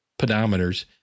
pedometers